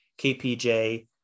KPJ